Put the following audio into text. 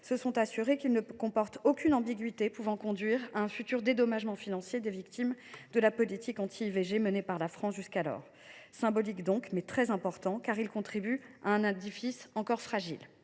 visant à éviter dans le texte une ambiguïté pouvant conduire à un futur dédommagement financier des victimes de la politique anti IVG menée par la France. C’est un texte symbolique, donc, mais très important, car il contribue à un édifice encore fragile.